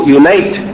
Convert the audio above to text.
unite